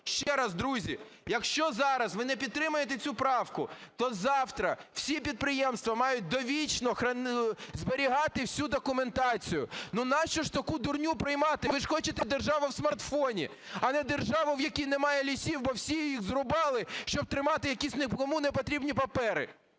Ще раз, друзі, якщо зараз ви не підтримаєте цю правку, то завтра всі підприємства мають довічно зберігати всю документацію. Ну нащо таку дурню приймати? Ви ж хочете – "Держава в смартфоні", а не держава, в якій немає лісів, бо всі їх зрубали, щоб тримати якісь нікому не потрібні папери.